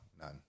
none